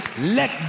let